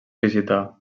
visitar